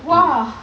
!wah!